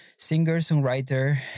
Singer-songwriter